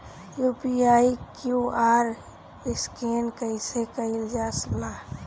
UPI QR scan कइसे कईल जा ला?